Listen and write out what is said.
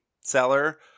seller